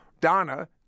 Donna